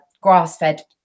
grass-fed